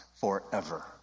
forever